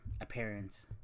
appearance